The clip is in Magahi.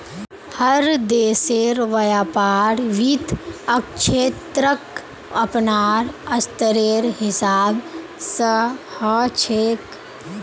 हर देशेर व्यापार वित्त क्षेत्रक अपनार स्तरेर हिसाब स ह छेक